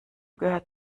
gehört